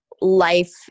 life